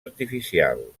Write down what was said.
artificial